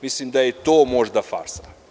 Mislim da je to možda farsa.